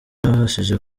nabashije